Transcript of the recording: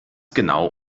genau